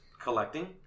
collecting